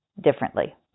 differently